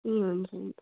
ए हुन्छ हुन्छ